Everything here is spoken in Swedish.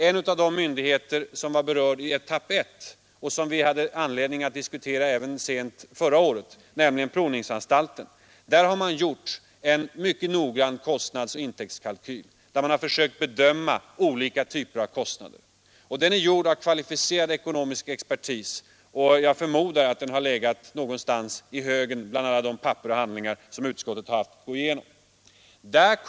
Vid en av de myndigheter som var aktuell i etapp 1 och som vi hade anledning att diskutera förra året, nämligen provningsanstalten, har man gjort en mycket noggrann kostnadsoch intäktskalkyl, där man försökt bedöma Nr 94 olika typer av kostnader i samband med utlokaliseringen. Den är gjord av Tisdagen den kvalificerad ekonomisk expertis, och jag förmodar att den legat någon 22 maj 1973 stans i högen av alla de handlingar som utskottet har haft att gå igenom.